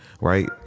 right